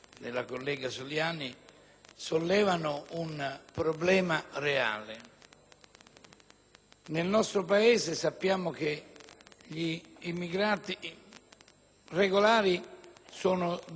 sollevano un problema reale. Nel nostro Paese sappiamo che gli immigrati regolari sono 2,5 milioni, e